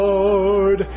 Lord